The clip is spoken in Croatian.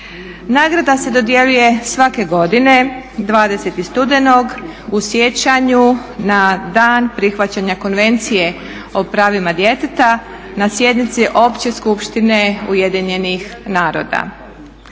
Nagrada se dodjeljuje svake godine 20.studenog u sjećanju na dan prihvaćanja Konvencije o pravima djeteta na sjednici Opće skupštine UN-a.